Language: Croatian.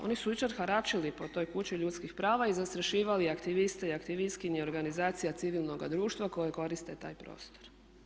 Oni su jučer haračili po toj kući Ljudskih prava i zastrašivali aktiviste i aktivistkinje organizacija civilnoga društva koje koriste taj prostor.